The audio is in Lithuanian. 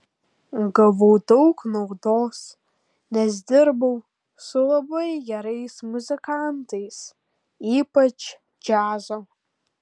gavau daug naudos nes dirbau su labai gerais muzikantais ypač džiazo